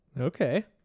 Okay